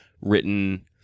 written –